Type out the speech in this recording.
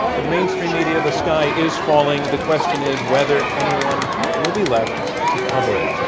for the mainstream media the sky is falling. the question is whether anyone will be left to cover it.